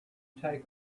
take